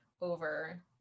over